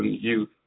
youth